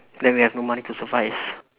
then we have no money to survive